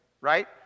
right